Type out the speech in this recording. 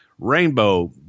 rainbow